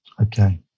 Okay